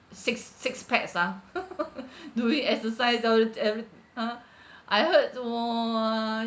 six six packs ah do you exercise though evi~ ha I heard !wah!